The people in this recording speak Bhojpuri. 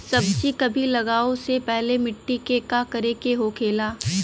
सब्जी कभी लगाओ से पहले मिट्टी के का करे के होखे ला?